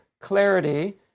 clarity